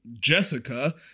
Jessica